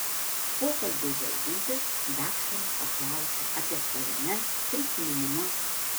pokalbiui baigiantis daktarė paklausia apie svajones prisiminimus